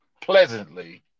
pleasantly